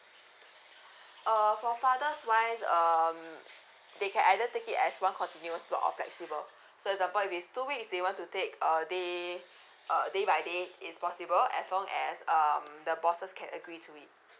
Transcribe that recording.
uh for fathers wise um they can either take it as one continuous block or flexible so as a point if it's two weeks they want to take a day uh day by day it's possible as long as um the bosses can agree to it